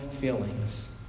feelings